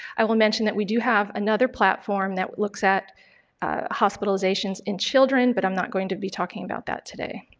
i will mention that we do have another platform that looks at hospitalizations in children, but i'm not going to be talking about that today.